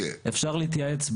לא, עכשיו הזמן לדייק.